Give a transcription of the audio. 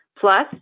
Plus